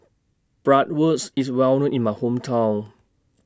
Bratwurst IS Well known in My Hometown